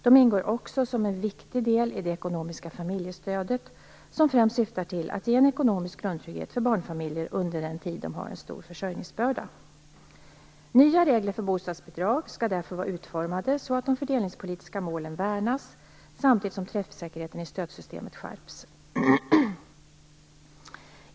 De ingår också som en viktig del i det ekonomiska familjestödet, som främst syftar till att ge ekonomisk grundtrygghet till barnfamiljer under den tid då de har en stor försörjningsbörda. Nya regler för bostadsbidrag skall därför vara utformade så att de fördelningspolitiska målen värnas samtidigt som träffsäkerheten i stödsystemet skärps.